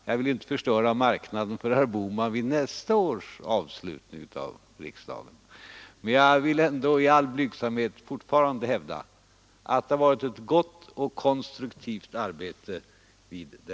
Jag vill inte förstöra marknaden för herr Bohman vid nästa vårs riksdagsavslutning men vill ändå i all blygsamhet fortfarande hävda att denna vårriksdag utfört ett gott och konstruktivt arbete.